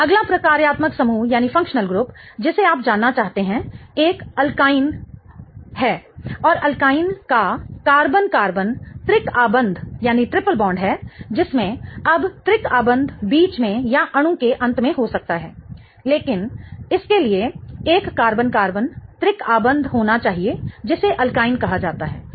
अगला प्रकार्यात्मक समूह जिसे आप जानना चाहते हैं एक एल्काइन और एल्काइन का कार्बन कार्बन त्रिकआबंध है जिसमें अब त्रिकआबंध बीच में या अणु के अंत में हो सकता है लेकिन इसके लिए एक कार्बन कार्बन त्रिकआबंध होना चाहिए जिसे एल्काइन कहा जाता है